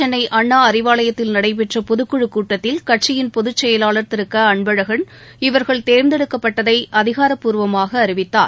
சென்னைஅண்ணாஅறிவாலயத்தில் நடைபெற்றபொதுக்குழக் கூட்டத்தில் கட்சியின் பொதுச்செயலாள் திரு க அன்பழகள் இவர்கள் தேர்ந்தெடுக்கப்பட்டதைஅதிகாரப்பூர்வமாகஅறிவித்தார்